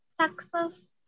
texas